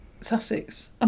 Sussex